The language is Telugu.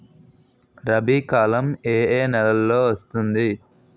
రబీ కాలం ఏ ఏ నెలలో వస్తుంది?